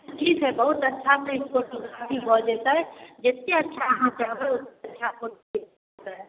ठीक हइ बहुत अच्छासँ फोटोग्राफी भऽ जेतै जतेक अच्छा अहाँ कहबै ततेक अच्छा फोटोग्राफी भऽ जेतै